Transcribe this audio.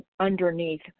underneath